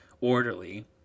orderly